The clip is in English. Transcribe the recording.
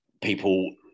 people